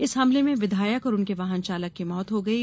इस हमले में विधायक उनके वाहन चालक की मौत हो गयी